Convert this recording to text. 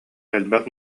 элбэх